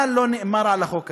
מה לא נאמר על החוק הזה?